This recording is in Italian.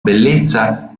bellezza